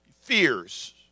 fears